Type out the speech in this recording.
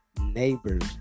neighbors